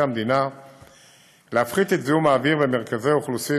המדינה להפחית את זיהום האוויר במרכזי אוכלוסין,